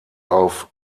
auf